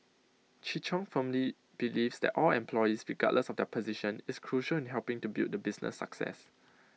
Chi chung firmly believes that all employees regardless of their position is crucial in helping to build the business success